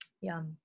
Yum